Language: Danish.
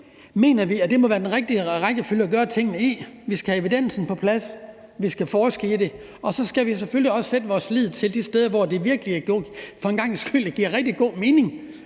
mener, det må være den rigtige rækkefølge at gøre tingene i. Vi skal have evidensen på plads, og vi skal forske i det, og så skal vi selvfølgelig også sætte vores lid til de områder, hvor det virkelig for en gangs